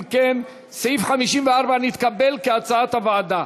אם כן, סעיף 54 נתקבל, כהצעת הוועדה.